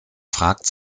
fragt